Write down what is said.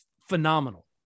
phenomenal